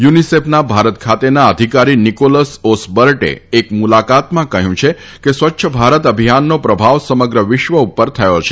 યુનિસેફના ભારત ખાતેના અધિકારી નિકોલસ ઓસબર્ટે એક મુલાકાતમાં કહ્યું કે સ્વચ્છ ભારત અભિયાનનો પ્રભાવ સમગ્ર વિશ્વ ઉપર થયો છે